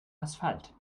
asphalt